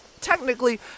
technically